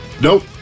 Nope